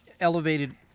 elevated